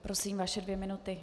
Prosím, vaše dvě minuty.